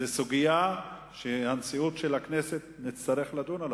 זאת סוגיה שנשיאות הכנסת תצטרך לדון בה.